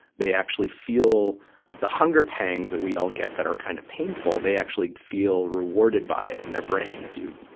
they actually feel the hunger pangs that we all get that are kind of painful, they actually feel rewarded by it in their brain, if you,